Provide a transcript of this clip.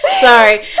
Sorry